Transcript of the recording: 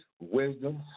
wisdom